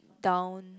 down